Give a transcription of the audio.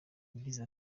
yagize